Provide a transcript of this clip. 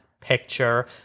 Picture